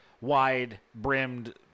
wide-brimmed